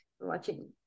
watching